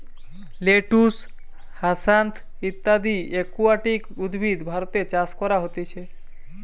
lettuce, hyacinth ইত্যদি aquatic উদ্ভিদ ভারতে চাষ করা হতিছে